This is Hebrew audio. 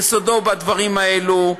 יסודם בדברים האלה.